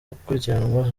gukurikiranwa